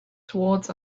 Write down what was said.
towards